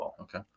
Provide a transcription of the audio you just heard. Okay